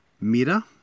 Mira